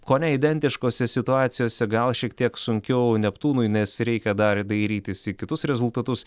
kone identiškose situacijose gal šiek tiek sunkiau neptūnui nes reikia dar dairytis į kitus rezultatus